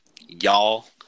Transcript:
Y'all